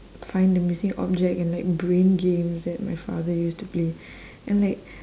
find the missing object and like brain games that my father used to play and like